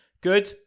Good